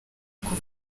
kumva